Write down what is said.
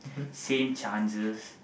same chances